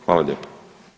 Hvala lijepa.